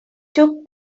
took